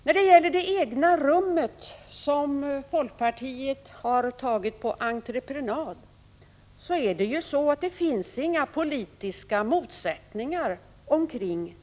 När det gäller det egna rummet, som folkpartiet har tagit på entreprenad, finns det inga politiska motsättningar.